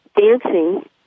dancing